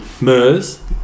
MERS